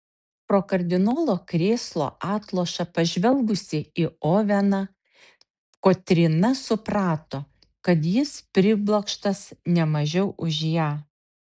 pro kardinolo krėslo atlošą pažvelgusi į oveną kotryna suprato kad jis priblokštas ne mažiau už ją